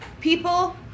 people